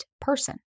person